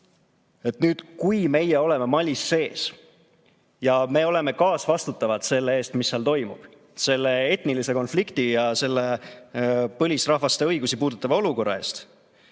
Nüüd, kui meie oleme Malis sees ja me oleme kaasvastutavad selle eest, mis seal toimub, selle etnilise konflikti ja põlisrahvaste õigusi puudutava olukorra eest,